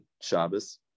Shabbos